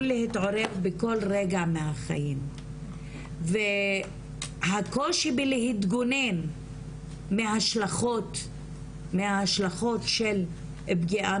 להתעורר בכל רגע מהחיים והקול שבלהתגונן מהשלכות של פגיעה